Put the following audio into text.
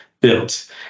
Built